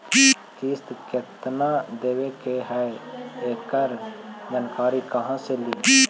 किस्त केत्ना देबे के है एकड़ जानकारी कहा से ली?